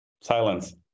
silence